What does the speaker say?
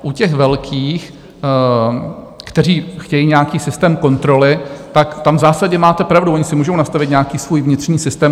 U těch velkých, kteří chtějí nějaký systém kontroly, tak tam v zásadě máte pravdu, oni si můžou nastavit nějaký svůj vnitřní systém.